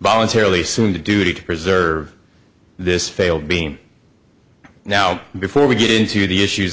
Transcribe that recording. voluntarily soon to duty to preserve this failed beam now before we get into the issues